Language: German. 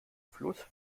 fluss